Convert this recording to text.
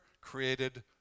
created